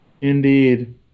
Indeed